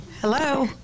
hello